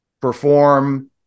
perform